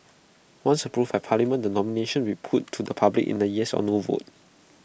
once approved by parliament the nomination put to the public in A yes or no vote